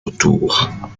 retour